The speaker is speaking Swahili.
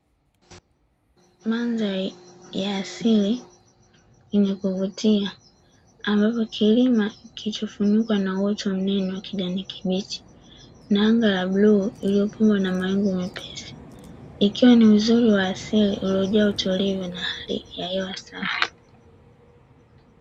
Mandhari ya asili yenye kuvutia ambapo kilima kilichofunikwa na uwoto mnene wa kijani kibichi mandhari ya bluu iliyofungwa na mawingu mepesi, ikiwa ni uzuri wa asili ulio jaa utulivu na hewa safi.